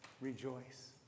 rejoice